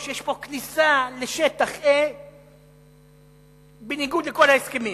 יש פה כניסה לשטח A בניגוד לכל ההסכמים.